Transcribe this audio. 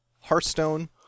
Hearthstone